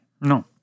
No